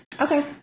okay